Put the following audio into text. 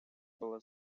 была